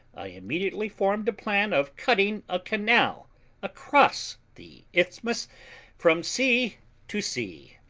i immediately formed a plan of cutting a canal across the isthmus from sea to sea.